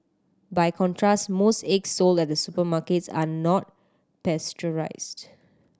by contrast most eggs sold at supermarkets are not pasteurised